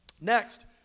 Next